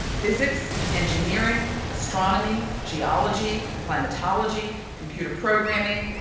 physics, engineering, astronomy, geology, climatology, computer programming,